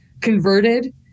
converted